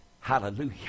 Hallelujah